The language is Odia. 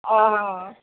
ଅ ହ